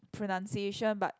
pronunciation but